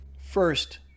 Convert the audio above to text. First